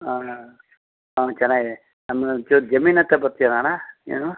ಹಾಂ ಹಾಂ ಹ್ಞೂ ಚೆನ್ನಾಗಿದಿನಿ ನಮ್ಮ ಒಂಚೂರು ಜಮೀನು ಹತ್ರ ಬರ್ತೀರಾ ಅಣ್ಣ ಏನು